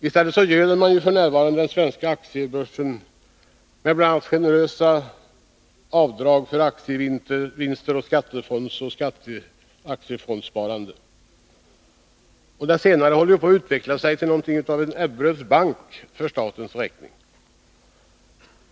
I stället göder man f. n. den svenska aktiebörsen med bl.a. generösa avdrag för aktievinster, skattefondsoch aktiefondssparande. Detta senare håller på att utveckla sig till en Ebberöds bank för statens räkning.